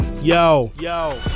yo